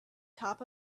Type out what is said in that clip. top